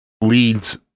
leads